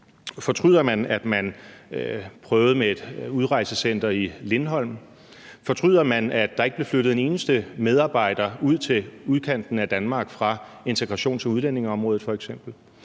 Fortryder man, at man prøvede med et udrejsecenter på Lindholm? Fortryder man, at der ikke blev flyttet en eneste medarbejder ud i udkanten af Danmark, f.eks. fra integrations- og udlændingeområdet?